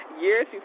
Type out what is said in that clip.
years